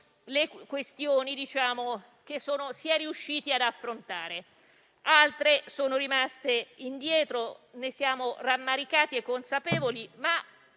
le questioni che si è riusciti ad affrontare. Altre sono rimaste indietro, ne siamo rammaricati e consapevoli, ma